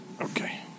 Okay